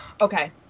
Okay